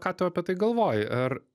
ką tu apie tai galvoji ar